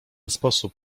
sposób